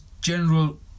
general